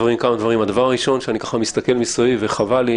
כשאני מסתכל מסביב, חבל לי